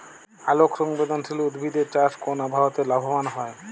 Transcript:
আলোক সংবেদশীল উদ্ভিদ এর চাষ কোন আবহাওয়াতে লাভবান হয়?